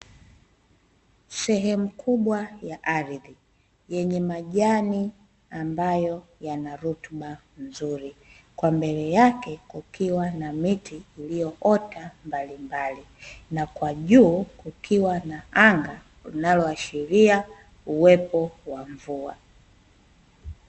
Sehemu kubwa ya ardhi yenye majani ambayo yana rutuba nzuri, kwa mbele yake kukiwa na miti iliyoota mbalimbali, na kwa juu kukiwa na anga linaloashiria uwepo wa mvua.